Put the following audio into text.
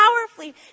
powerfully